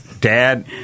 Dad